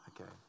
okay